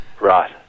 Right